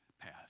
path